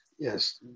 Yes